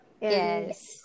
Yes